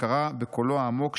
וקרא בקולו העמוק,